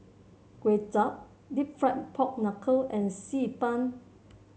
Kway Chap deep fried Pork Knuckle and Xi Ban